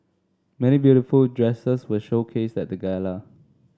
many beautiful dresses were showcased at the gala